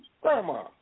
Grandma